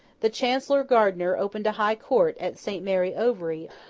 the chancellor gardiner opened a high court at saint mary overy,